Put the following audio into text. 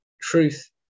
truth